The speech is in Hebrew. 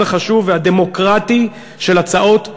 החשוב והדמוקרטי של הצעות אי-אמון.